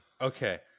Okay